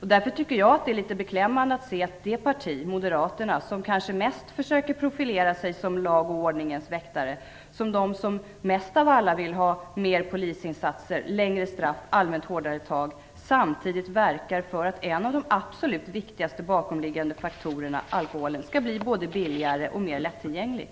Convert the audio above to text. Därför tycker jag att det är litet beklämmande att se att det parti, Moderaterna, som kanske mest försöker profilera sig som lagens och ordningens väktare, som mest av alla vill ha mer polisinsatser, längre straff och allmänt hårdare tag samtidigt verkar för att en av de absolut viktigaste bakomliggande faktorerna, alkoholen, skall bli både billigare och mer lättillgänglig.